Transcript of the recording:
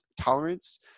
tolerance